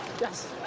Yes